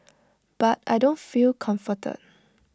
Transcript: but I don't feel comforted